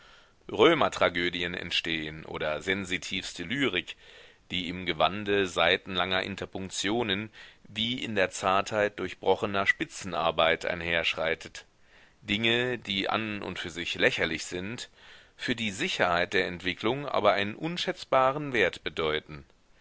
römertragödien entstehen oder sensitivste lyrik die im gewande seitenlanger interpunktionen wie in der zartheit durchbrochener spitzenarbeit einherschreitet dinge die an und für sich lächerlich sind für die sicherheit der entwicklung aber einen unschätzbaren wert bedeuten